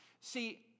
See